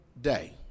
day